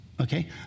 Okay